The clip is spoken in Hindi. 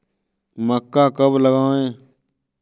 मक्का कब लगाएँ?